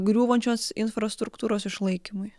griūvančios infrastruktūros išlaikymui